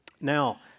Now